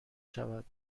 شود